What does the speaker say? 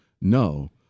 no